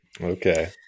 Okay